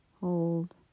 Hold